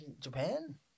Japan